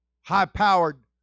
high-powered